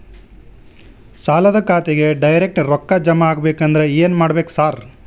ಸಾಲದ ಖಾತೆಗೆ ಡೈರೆಕ್ಟ್ ರೊಕ್ಕಾ ಜಮಾ ಆಗ್ಬೇಕಂದ್ರ ಏನ್ ಮಾಡ್ಬೇಕ್ ಸಾರ್?